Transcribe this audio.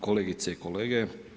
Kolegice i kolege.